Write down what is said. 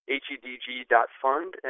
hedg.fund